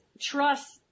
trust